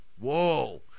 Whoa